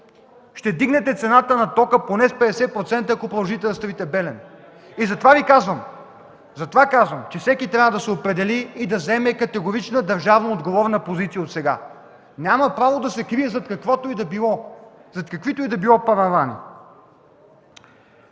ще вдигнете цената на тока поне с 50%, ако продължите да строите „Белене”. Затова казвам, че всеки трябва да се определи и да заеме категорична, държавно отговорна позиция още отсега! Няма право да се крие зад каквото и да било, зад